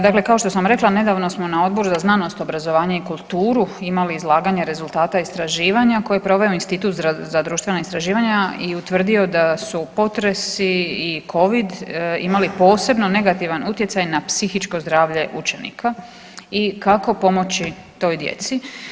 Dakle, kao što sam rekla nedavno smo na Odboru za znanost, obrazovanje i kulturu imali izlaganje rezultata istraživanja koje je proveo Institut za društvena istraživanja i utvrdio da su potresi i Covid imali posebno negativna utjecaj na psihičko zdravlje učenika i kako pomoći toj djeci.